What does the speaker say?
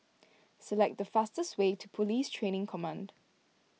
select the fastest way to Police Training Command